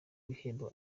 igihembo